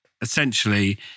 Essentially